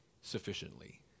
sufficiently